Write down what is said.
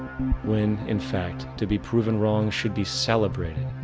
when in fact to be proven wrong should be celebrated.